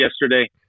yesterday